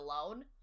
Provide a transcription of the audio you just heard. alone